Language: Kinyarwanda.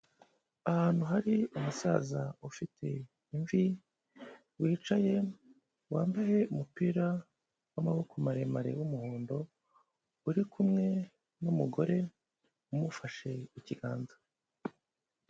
Ahantu hari umusaza ufite imvi wicaye, wambaye umupira w'amaboko maremare w'umuhondo, uri kumwe n'umugore umufashe ikiganza.